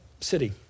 City